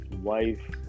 wife